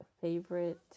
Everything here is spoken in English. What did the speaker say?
favorite